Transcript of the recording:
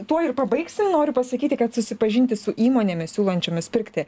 tuo ir pabaigsim noriu pasakyti kad susipažinti su įmonėmis siūlančiomis pirkti